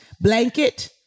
blanket